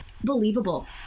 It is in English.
believable